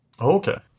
Okay